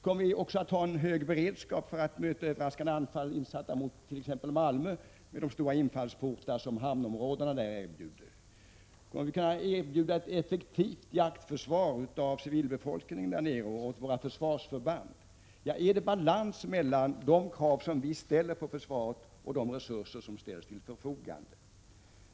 Kommer vi också att ha en hög beredskap för att möta överraskande anfall mot t.ex. Malmö med de stora infallsportar som hamnområdena där erbjuder? Kommer vi att kunna erbjuda ett effektivt jaktskydd åt civilbefolkningen och åt våra försvarsförband? Är det balans mellan de krav som vi ställer på försvaret och de resurser som ställs till förfogande?